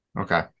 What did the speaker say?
Okay